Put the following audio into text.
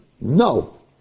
No